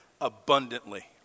abundantly